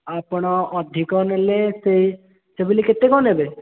ଆପଣ ଅଧିକ ନେଲେ ସେହି ହେଲେ ସେ ବୋଲି କେତେ କ'ଣ ନେବେ